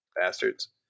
bastards